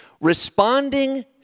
responding